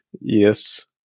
Yes